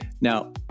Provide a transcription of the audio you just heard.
Now